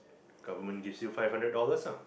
government gives you five hundred dollars ah